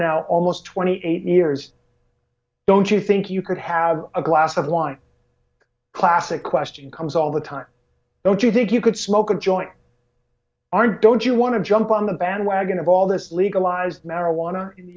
now almost twenty eight years don't you think you could have a glass of wine classic question comes all the time don't you think you could smoke a joint aren't don't you want to jump on the bandwagon of all this legalized marijuana